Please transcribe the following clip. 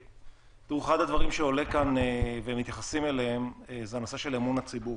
אחד הדברים שעולה כאן ומתייחסים אליו הוא נושא אמון הציבור,